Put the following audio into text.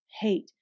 hate